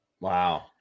Wow